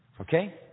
Okay